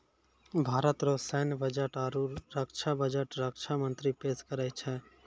भारत रो सैन्य बजट आरू रक्षा बजट रक्षा मंत्री पेस करै छै